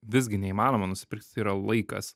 visgi neįmanoma nusipirkti tai yra laikas